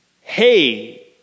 hey